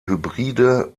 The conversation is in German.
hybride